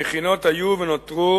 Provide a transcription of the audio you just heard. המכינות היו ונותרו